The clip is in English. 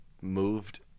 moved